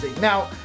Now